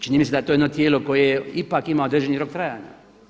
Čini mi se da je to jedno tijelo koje ipak ima određeni rok trajanja.